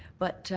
but